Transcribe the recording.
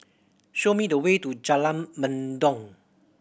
show me the way to Jalan Mendong